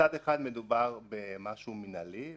מצד אחד מדובר במשהו מינהלי,